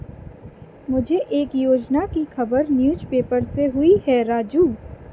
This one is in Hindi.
मुझे एक योजना की खबर न्यूज़ पेपर से हुई है राजू